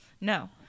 No